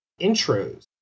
intros